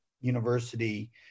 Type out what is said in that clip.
university